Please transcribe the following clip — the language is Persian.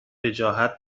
وجاهت